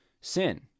sin